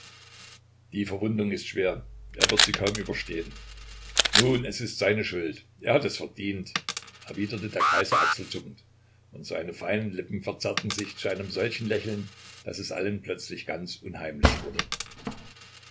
die verwundung ist schwer er wird sie kaum überstehen nun es ist seine schuld er hat es verdient erwiderte der kaiser achselzuckend und seine feinen lippen verzerrten sich zu einem solchen lächeln daß es allen plötzlich ganz unheimlich wurde